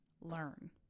learn